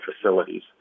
facilities